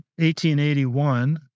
1881